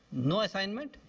no assignment,